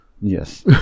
Yes